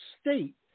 State